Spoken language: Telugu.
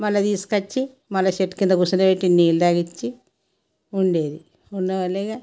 మళ్ళీ తీసుకొచ్చి మళ్ళీ చెట్టు కింద కూర్చోబెట్టి నీళ్ళు తాగించి ఉండేది ఉండవల్లేగా